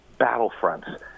battlefronts